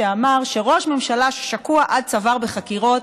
שאמר שראש ממשלה ששקוע עד צוואר בחקירות,